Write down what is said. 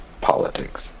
politics